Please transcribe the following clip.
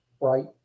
right